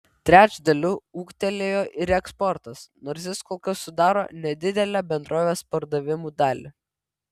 trečdaliu ūgtelėjo ir eksportas nors jis kol kas sudaro nedidelę bendrovės pardavimų dalį